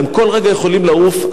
כל רגע הם יכולים לעוף,